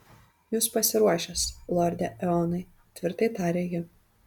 jūs pasiruošęs lorde eonai tvirtai tarė ji